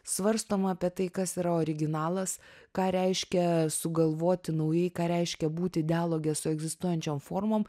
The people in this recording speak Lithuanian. svarstoma apie tai kas yra originalas ką reiškia sugalvoti naujai ką reiškia būti dialoge su egzistuojančiom formom